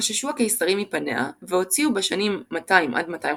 חששו הקיסרים מפניה והוציאו בשנים 200–250